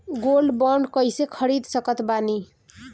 Gold bond कईसे खरीद सकत बानी?